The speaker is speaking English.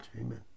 Amen